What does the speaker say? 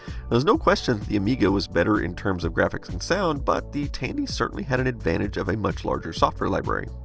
there's no question the amiga was better in terms of graphics and sound, but the tandy certainly had an advantage of a much larger software library.